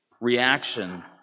reaction